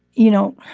you know,